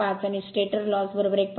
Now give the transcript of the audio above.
5 आणि stator loss 1